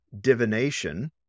divination